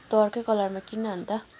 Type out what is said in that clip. तँ अर्कै कलरमा किन्न अन्त